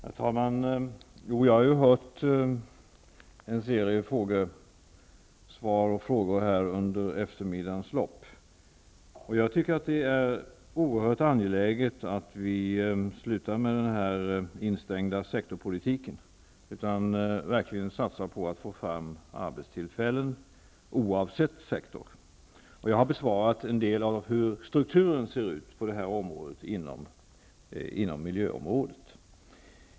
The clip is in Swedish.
Herr talman! Jag har hört en serie frågor och svar under eftermiddagens lopp. Jag tycker att det är oerhört angeläget att vi slutar med den instängda sektorpolitiken och verkligen satsar på att få fram arbetstillfällen oavsett sektor. Jag har svarat på hur strukturen ser ut inom miljöområdet.